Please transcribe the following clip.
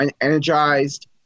energized